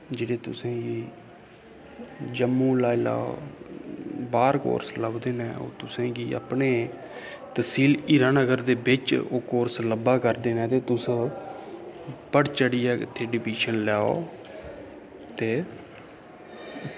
जेह्ड़े तुसेंगी जम्मू लाई लैओ बाह्र कोर्स लब्भदे नै ओह् तुसेंगी अपने तसील हीरानगर दे बिच्च ओह् कोर्स लब्भा करदे नै ते तुस बड़ी चढ़ियै इत्थें अडमिशन लैओ ते